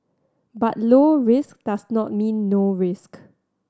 but low risk does not mean no risk